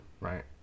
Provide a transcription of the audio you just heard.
right